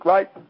Right